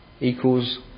equals